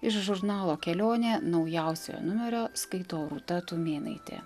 iš žurnalo kelionė naujausiojo numerio skaito rūta tumėnaitė